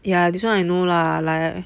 ya this one I know lah like